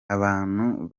abantu